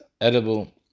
edible